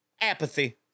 apathy